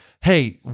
Hey